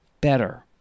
better